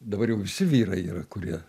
dabar jau visi vyrai yra kurie